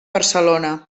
barcelona